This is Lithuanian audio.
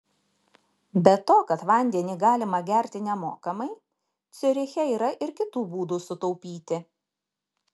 be to kad vandenį galima gerti nemokamai ciuriche yra ir kitų būtų sutaupyti